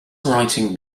writing